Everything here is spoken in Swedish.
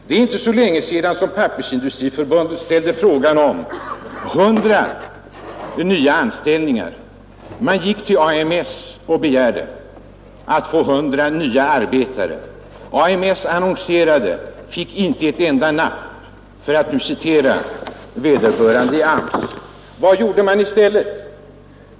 Det är inte så länge sedan Pappersindustriarbetareförbundet gick till AMS och begärde att få hundra nya arbetare. AMS annonserade och fick inte ett enda napp, för att citera vederbörande tjänsteman i AMS. Vad gjorde man i stället?